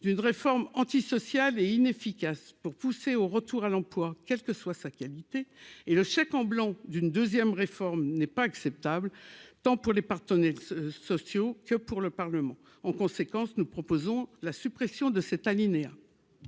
d'une réforme antisociale et inefficace pour pousser au retour à l'emploi, quelle que soit sa qualité et le chèque en blanc d'une 2ème réforme n'est pas acceptable tant pour les partenaires sociaux que pour le Parlement, en conséquence, nous proposons la suppression de cet alinéa.